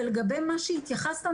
לגבי מה שהתייחסת,